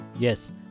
Yes